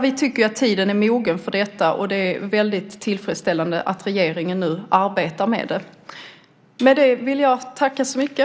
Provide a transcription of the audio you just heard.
Vi tycker att tiden är mogen för detta, och det är väldigt tillfredsställande att regeringen nu arbetar med det.